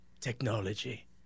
technology